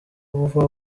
uva